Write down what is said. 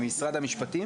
היא ממשרד המשפטים?